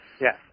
Yes